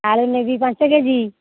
ଆଳୁ ନେବି ପାଞ୍ଚ କେଜି